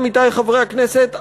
עמיתי חברי הכנסת,